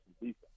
defense